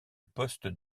poste